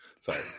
Sorry